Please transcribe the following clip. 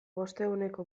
bostehuneko